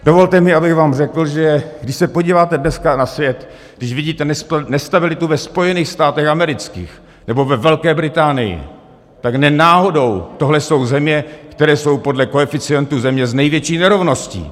Dovolte mi, abych vám řekl, že když se podíváte dneska na svět, když vidíte nestabilitu ve Spojených státech amerických nebo ve Velké Británii, tak ne náhodou tohle jsou země, které jsou podle koeficientu země s největší nerovností.